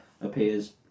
appears